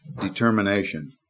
determination